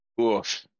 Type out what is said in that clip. Oof